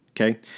Okay